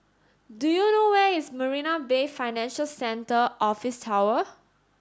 do you know where is Marina Bay Financial Centre Office Tower